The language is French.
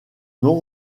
non